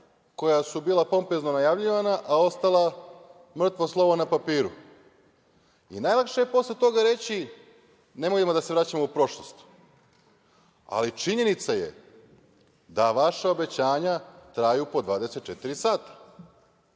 koja su bila pompezno najavljivana, a ostala mrtvo slovo na papiru. Najlakše je posle toga reći – nemojmo da se vraćamo u prošlost, ali činjenica je da vaša obećanja traju po 24 sata.